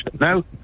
No